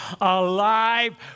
alive